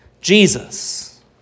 Jesus